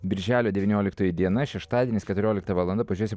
birželio devynioliktoji diena šeštadienis keturiolikta valanda pažiūrėsiu